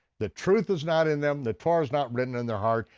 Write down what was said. the truth is not in them, the torah is not written in their heart,